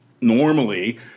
normally